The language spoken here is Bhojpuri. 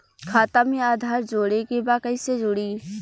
खाता में आधार जोड़े के बा कैसे जुड़ी?